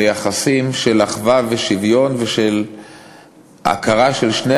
ליחסים של אחווה ושוויון ושל הכרה של שני